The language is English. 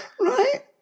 right